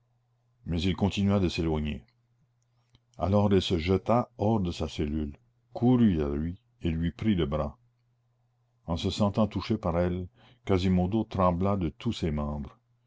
mais il continuait de s'éloigner alors elle se jeta hors de sa cellule courut à lui et lui prit le bras en se sentant touché par elle quasimodo trembla de tous ses membres